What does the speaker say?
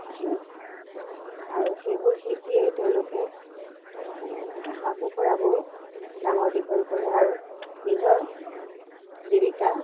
আহে আৰু সেইবোৰ শিকিয়েই তেওঁলোকে হাঁহ কুকুৰাবোৰ ডাঙৰ দীঘল কৰে আৰু নিজৰ জীৱিকা